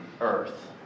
earth